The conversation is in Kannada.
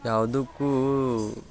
ಯಾವುದಕ್ಕೂ